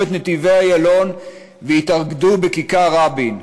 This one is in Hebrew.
את נתיבי-איילון והתאגדו בכיכר רבין.